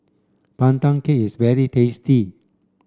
Pandan Cake is very tasty